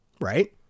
right